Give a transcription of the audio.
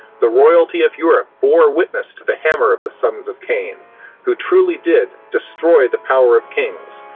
the royalty of europe bore witness to the hammer of the sons of cain who truly did destroy the power of kings,